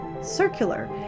circular